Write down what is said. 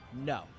No